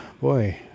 boy